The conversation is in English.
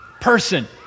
person